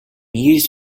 used